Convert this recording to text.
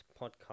podcast